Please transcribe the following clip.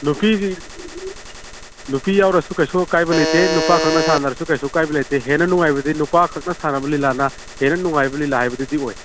ꯅꯨꯄꯤꯒꯤ ꯅꯨꯄꯤ ꯌꯥꯎꯔꯁꯨ ꯀꯩꯁꯨ ꯑꯀꯥꯏꯕ ꯂꯩꯇꯦ ꯅꯨꯄꯥ ꯈꯛꯅ ꯁꯥꯟꯅꯔꯁꯨ ꯀꯩꯁꯨ ꯀꯥꯏꯕ ꯂꯩꯇꯦ ꯍꯦꯟꯅ ꯅꯨꯡꯉꯥꯏꯕꯗꯤ ꯅꯨꯄꯥꯈꯛꯅ ꯁꯥꯟꯅꯕ ꯂꯤꯂꯥꯅ ꯍꯦꯟꯅ ꯅꯨꯡꯉꯥꯏꯕ ꯂꯤꯂꯥ ꯍꯥꯏꯕꯗꯨꯗꯤ ꯑꯣꯏ